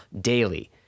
daily